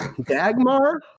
Dagmar